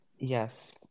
Yes